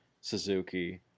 Suzuki